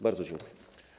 Bardzo dziękuję.